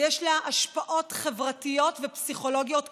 ויש לה השפעות חברתיות ופסיכולוגיות קשות.